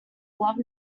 love